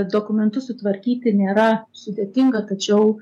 dokumentus sutvarkyti nėra sudėtinga tačiau